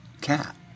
cat